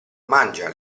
mangia